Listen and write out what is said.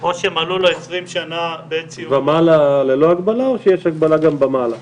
או שמלאו לו 20 שנה --- ומעלה ללא הגבלה או שיש הגבלה גם במעלה?